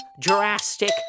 drastic